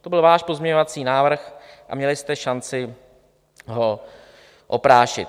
To byl váš pozměňovací návrh a měli jste šanci ho oprášit.